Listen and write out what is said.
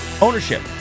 ownership